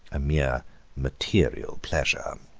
a mere material pleasure.